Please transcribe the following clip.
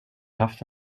haft